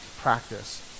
practice